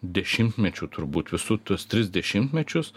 dešimtmečių turbūt visų tuos tris dešimtmečius